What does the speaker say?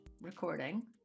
recording